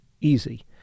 easy